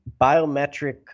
biometric